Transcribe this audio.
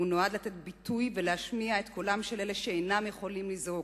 הוא נועד לתת ביטוי ולהשמיע את קולם של אלה שאינם יכולים לזעוק.